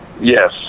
Yes